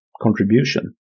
contribution